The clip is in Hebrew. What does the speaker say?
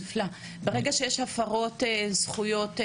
נפלא, ברגע שיש הפרות זכויות עובדים,